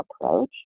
approach